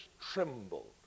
trembled